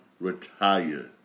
Retire